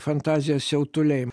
fantazija siautuliai